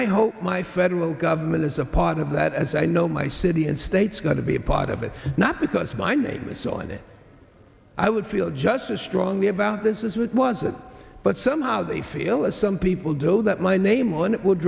i hope my federal government is a part of that as i know my city and states got to be a part of it not because my name is on it i would feel just as strongly about this is what was that but somehow they feel as some people do that my name on it would